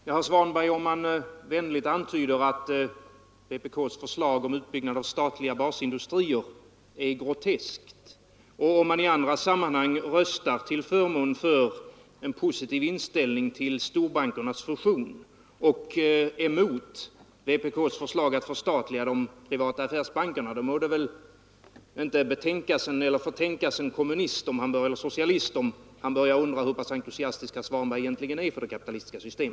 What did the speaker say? Herr talman! Om herr Svanberg vänligt antyder att vpk:s förslag om utbyggnad av statliga basindustrier är groteskt, och om han i andra sammanhang röstar till förmån för storbankernas fusion och emot vpk:s förslag att förstatliga de privata affärsbankerna, då må det väl inte Nr 98 förtänkas en socialist om han börjar undra hur pass entusiastisk herr Torsdagen den Svanberg egentligen är för det kapitalistiska systemet.